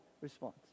response